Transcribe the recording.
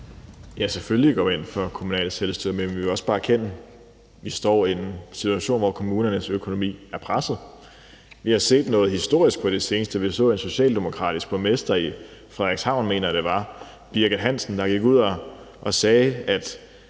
selvfølgelig går vi ind for kommunalt selvstyre, men vi må også bare erkende, at vi står i en situation, hvor kommunernes økonomi er presset. Vi har set noget historisk på det seneste. Vi så, at en socialdemokratisk borgmester i Frederikshavn, Birgit Hansen, mener jeg det